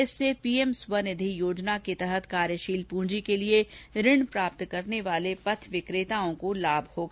इससे पीएम स्वनिधि योजना के तहत कार्यशील पूंजी के लिए ऋण प्राप्त करने वाले पथ विक्रेताओं को लाभ होगा